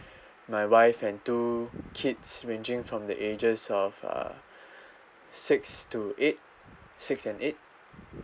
my wife and two kids ranging from the ages of uh six to eight six and eight